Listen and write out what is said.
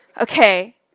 Okay